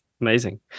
Amazing